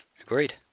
Agreed